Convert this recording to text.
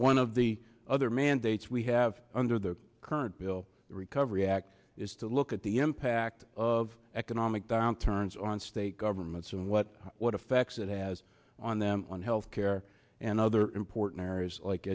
one of the other mandates we have under the current bill recovery act is to look at the impact of economic downturns on state governments and what what effects it has on them on health care and other important areas like